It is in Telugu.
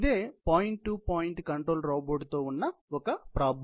ఇదే point to point control robot తో ఉన్న పెద్ద సమస్య